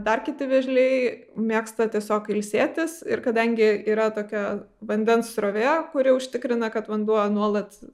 dar kiti vėžliai mėgsta tiesiog ilsėtis ir kadangi yra tokia vandens srovė kuri užtikrina kad vanduo nuolat